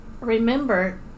remember